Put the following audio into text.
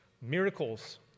Miracles